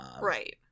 Right